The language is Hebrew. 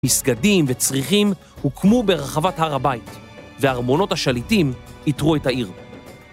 מסגדים וצריחים הוקמו ברחבת הר הבית, וארמונות השליטים עטרו את העיר.